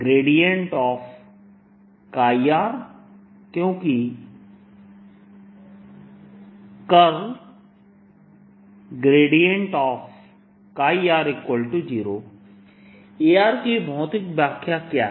BA BA क्योंकि 0 A की भौतिक व्याख्या क्या है